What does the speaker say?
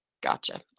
Gotcha